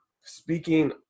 speaking